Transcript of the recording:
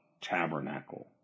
tabernacle